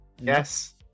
Yes